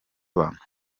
abantu